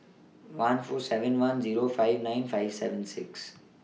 one four seven one Zero five nine five seven six